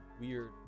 weird